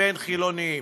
לטיבי.